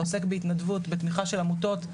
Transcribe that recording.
אתה עוסק בהתנדבות בתמיכה של עמותות,